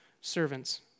servants